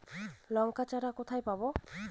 লঙ্কার চারা কোথায় পাবো?